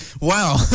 Wow